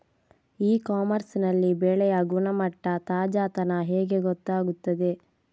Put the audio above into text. E commerce ನಲ್ಲಿ ಬೆಳೆಯ ಗುಣಮಟ್ಟ, ತಾಜಾತನ ಹೇಗೆ ಗೊತ್ತಾಗುತ್ತದೆ?